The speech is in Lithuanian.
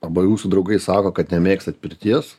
arba jūsų draugai sako kad nemėgstat pirties